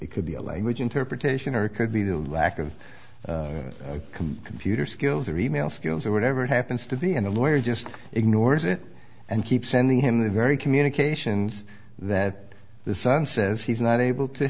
it could be a language interpretation or it could be the lack of computer skills or e mail skills or whatever it happens to be and a lawyer just ignores it and keep sending him the very communications that the son says he's not able to